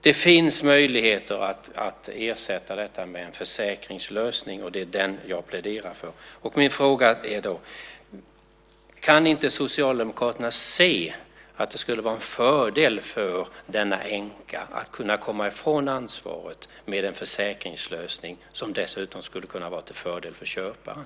Det finns många möjligheter att ersätta detta med en försäkringslösning, och det är den jag pläderar för. Min fråga är då: Kan inte Socialdemokraterna se att det skulle vara en fördel för denna änka att kunna komma ifrån ansvaret med en försäkringslösning som dessutom skulle kunna vara till fördel för köparen?